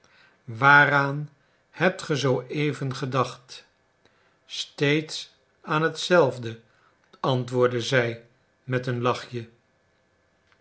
waaraan hebt ge zooeven gedacht steeds aan hetzelfde antwoordde zij met een lachje